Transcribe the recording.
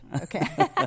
Okay